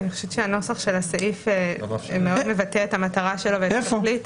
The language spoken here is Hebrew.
אני חושבת שהנוסח של הסעיף מאוד מבטא את המטרה שלו ואת התכלית,